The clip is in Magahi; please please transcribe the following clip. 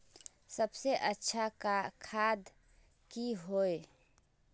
सबसे अच्छा खाद की होय?